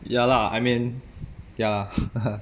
ya lah I mean ya lah ha ha